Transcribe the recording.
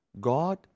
God